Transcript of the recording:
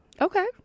Okay